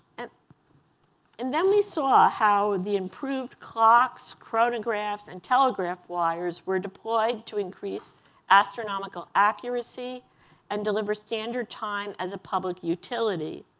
and and then we saw how the improved clocks, chronographs, and telegraph wires were deployed to increase astronomical accuracy and deliver standard time as a public utility.